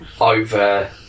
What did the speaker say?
over